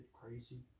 crazy